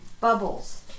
bubbles